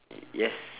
yes